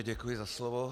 Děkuji za slovo.